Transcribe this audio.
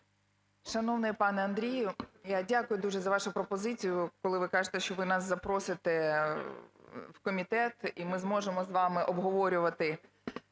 Шановний пане Андрію, я дякую дуже за вашу пропозицію, коли ви кажете, що ви нас запросите в комітет і ми зможемо з вами обговорювати